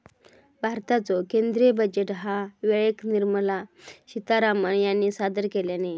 भारताचो केंद्रीय बजेट ह्या वेळेक निर्मला सीतारामण ह्यानी सादर केल्यानी